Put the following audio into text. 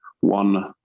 one